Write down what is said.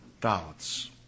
doubts